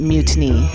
Mutiny